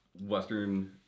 Western